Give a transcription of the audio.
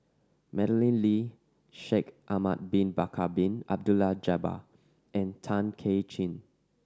Madeleine Lee Shaikh Ahmad Bin Bakar Bin Abdullah Jabbar and Tay Kay Chin